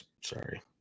Sorry